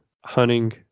hunting